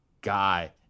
guy